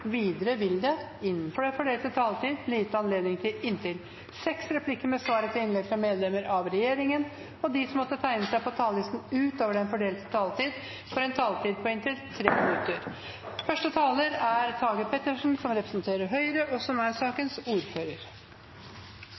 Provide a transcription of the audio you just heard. Videre vil det – innenfor den fordelte taletid – bli gitt anledning til inntil fem replikker med svar etter innlegg fra medlemmer av regjeringen, og de som måtte tegne seg på talerlisten utover den fordelte taletid, får en taletid på inntil 3 minutter. Arbeids- og sosialkomiteen fremmer i denne saken én felles innstilling til to representantforslag som